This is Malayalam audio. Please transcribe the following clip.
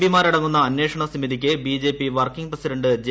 പി മാരടങ്ങുന്ന അന്വേഷണ സമിതിക്ക് ബിജെപി വർക്കിങ് പ്രസിഡന്റ് ജെ